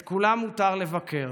את כולם מותר לבקר,